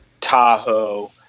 Tahoe